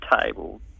table